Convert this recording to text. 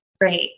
Great